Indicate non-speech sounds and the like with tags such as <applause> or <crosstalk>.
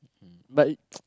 but <noise>